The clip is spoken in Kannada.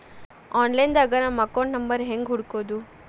ಆನ್ಲೈನ್ ದಾಗ ನಮ್ಮ ಅಕೌಂಟ್ ನಂಬರ್ ಹೆಂಗ್ ಹುಡ್ಕೊದು?